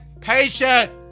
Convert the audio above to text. patience